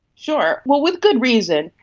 sure, well, with good reason.